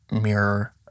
mirror